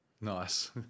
Nice